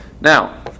Now